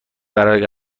برای